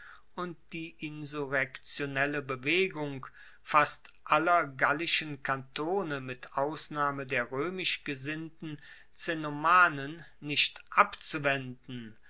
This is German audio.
und die insurrektionelle bewegung fast aller gallischen kantone mit ausnahme der roemisch gesinnten cenomanen nicht abzuwenden